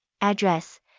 Address